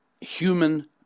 human